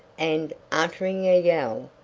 and, uttering a yell,